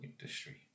industry